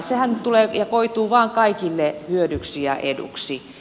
sehän tulee ja koituu vain kaikille hyödyksi ja eduksi